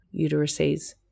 uteruses